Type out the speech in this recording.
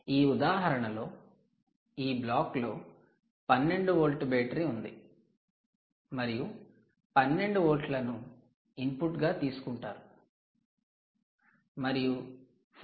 ఈ ఉదాహరణ లో ఈ బ్లాక్లో 12 వోల్ట్ బ్యాటరీ ఉంది మరియు 12 వోల్ట్లను ఇన్పుట్గా తీసుకుంటారు మరియు 5